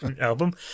album